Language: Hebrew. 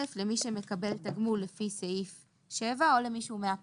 למי שמקבל תגמול לפי סעיף 7 או למי שהוא 100 פלוס.